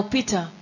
Peter